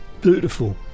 Beautiful